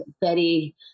Betty